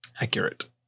Accurate